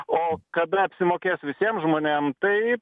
o kada apsimokės visiem žmonėm tai